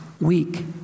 week